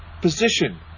position